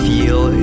Feel